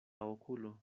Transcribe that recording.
okulo